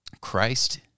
Christ